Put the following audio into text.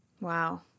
Wow